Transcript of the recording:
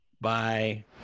bye